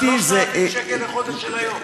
3,000 שקלים לחודש של היום.